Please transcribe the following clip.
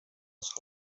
els